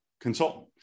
consultant